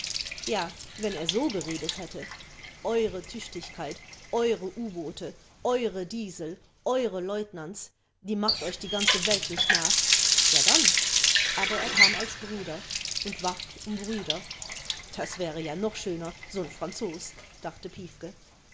ja wenn er so geredet hätte eure tüchtigkeit eure u-boote eure diesel eure leutnants die macht euch die ganze welt nicht nach ja dann aber er kam als bruder und warb um brüder das wäre ja noch schöner so'n franzos dachte